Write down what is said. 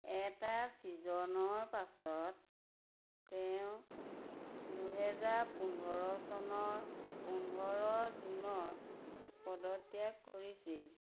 এটা ছিজনৰ পাছত তেওঁ দুহেজাৰ পোন্ধৰ চনৰ পোন্ধৰ জুনত পদত্যাগ কৰিছিল